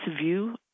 view